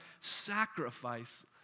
sacrifice